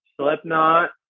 Slipknot